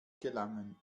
gelangen